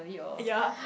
yea